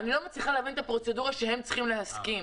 אני לא מצליחה להבין את הפרוצדורה שהם צריכים להסכים.